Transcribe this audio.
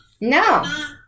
No